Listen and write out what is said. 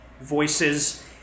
voices